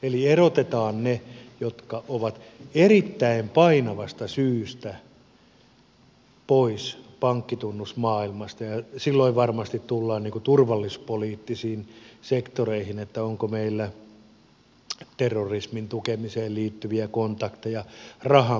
eli erotetaan ne jotka ovat erittäin painavasta syystä pois pankkitunnusmaailmasta ja silloin varmasti tullaan turvallisuuspoliittisiin sektoreihin onko meillä terrorismin tukemiseen rahanpesuun liittyviä kontakteja